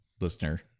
Listener